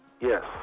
Yes